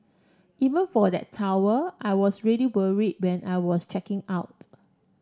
even for that towel I was really worry when I was checking out